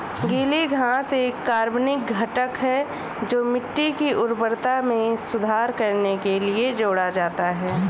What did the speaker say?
गीली घास एक कार्बनिक घटक है जो मिट्टी की उर्वरता में सुधार करने के लिए जोड़ा जाता है